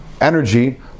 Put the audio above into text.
energy